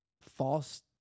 false